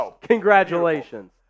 Congratulations